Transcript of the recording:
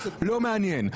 לא מעניין.